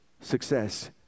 Success